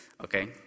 Okay